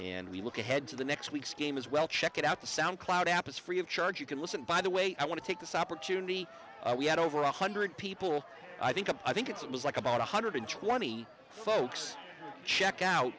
and we look ahead to the next week's game as well check it out the sound cloud app is free of charge you can listen by the way i want to take this opportunity we had over a hundred people i think of i think it's it was like about one hundred twenty folks check out